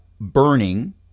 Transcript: burning